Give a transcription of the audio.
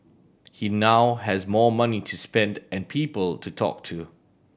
he now has more money to spend and people to talk to